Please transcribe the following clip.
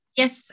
yes